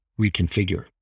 reconfigure